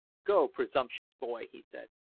go, presumptuous boy! he said.